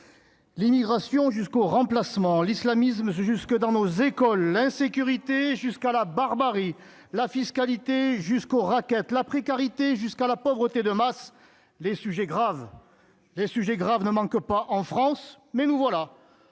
L'immigration jusqu'au remplacement l'islamisme se jusque dans nos écoles, l'insécurité, jusqu'à la barbarie, la fiscalité jusqu'au raquette la précarité jusqu'à la pauvreté de masse, les sujets graves j'ai sujets graves ne manquent pas en France mais nous voilà